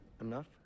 Enough